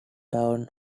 town